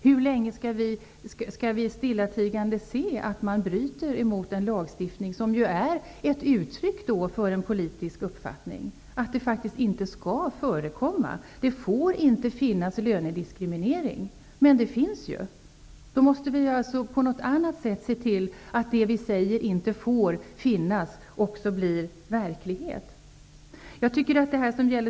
Hur länge skall vi stillatigande se att man bryter mot en lagstiftning, som är ett uttryck för en politisk uppfattning? Det får inte förekomma lönediskriminering, men det förekommer ju. Vi måste på något annat sätt se till att det blir verklighet när vi säger att någonting inte får finnas.